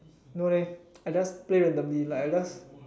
no leh I just play randomly like I just